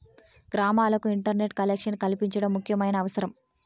గ్రామాలకు internet collection కల్పించడం ముఖ్యమైన అవసరం